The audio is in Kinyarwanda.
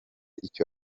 icyo